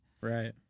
Right